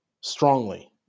strongly